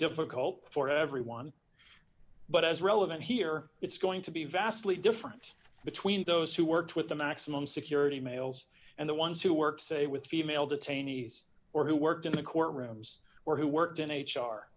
difficult for everyone but as relevant here it's going to be vastly different between those who worked with the maximum security males and the ones who work say with female detainees or who worked in the courtrooms or who worked in h